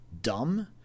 dumb